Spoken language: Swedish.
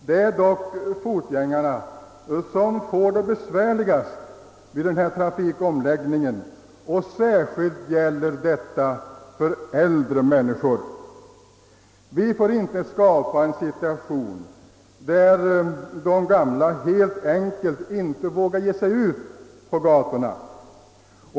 Det är dock gångtrafikanterna som får det besvärligast vid denna trafikomläggning. Särskilt gäller detta äldre människor. Vi får inte skapa en sådan situation att de gamla helt enkelt inte vågar ge sig ut på gatorna.